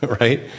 right